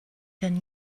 than